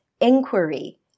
inquiry